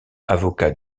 avocat